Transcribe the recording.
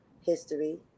history